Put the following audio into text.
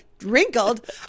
wrinkled